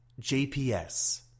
JPS